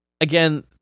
Again